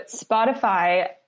Spotify